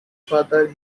father